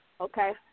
Okay